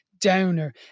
downer